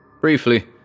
Briefly